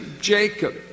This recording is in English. Jacob